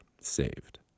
saved